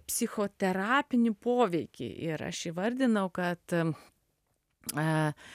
psichoterapinį poveikį ir aš įvardinau kad